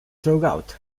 throughout